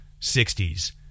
60s